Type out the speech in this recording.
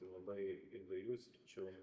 labai įvairių sričių